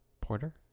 porter